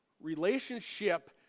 Relationship